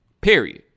Period